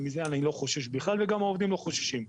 ומזה אני לא חושש בכלל וגם העובדים לא חוששים.